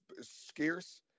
scarce